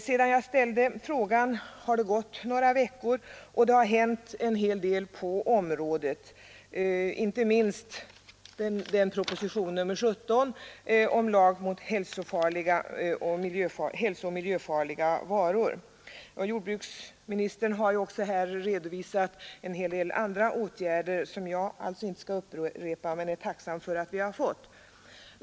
Sedan jag ställde frågan har några veckor gått, och en hel del har hänt på området, inte minst att propositionen 17 om lag mot hälsooch miljöfarliga varor framlagts. Jordbruksministern har här också redovisat en hel del andra åtgärder som jag inte skall upprepa. Jag är dock tacksam för att de vidtagits.